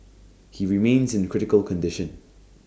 he remains in critical condition